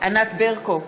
ענת ברקו,